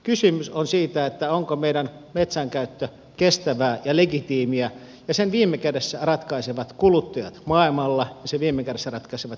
kysymys on siitä onko meidän metsän käyttö kestävää ja legitiimiä ja sen viime kädessä ratkaisevat kuluttajat maailmalla ja sen viime kädessä ratkaisevat sääntelijät maailmalla